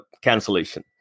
cancellation